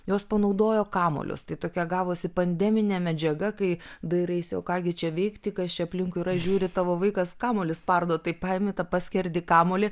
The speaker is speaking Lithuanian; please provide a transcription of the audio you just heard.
jos panaudojo kamuolius tai tokia gavosi pandeminė medžiaga kai dairaisi o ką gi čia veikti kas čia aplinkui yra žiūri tavo vaikas kamuolį spardo tai paimi tą paskerdi kamuolį